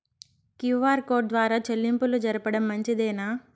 QR code ద్వారా చెల్లింపులు జరపడం మంచిదేనా?